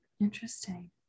interesting